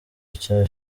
bya